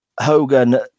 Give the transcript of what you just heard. Hogan